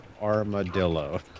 armadillo